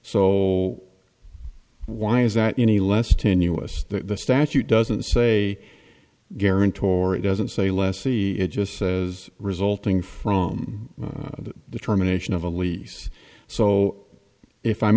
so why is that any less tenuous the statute doesn't say guarantor it doesn't say lessee it just says resulting from the determination of a lease so if i'm